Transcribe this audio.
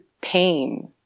Pain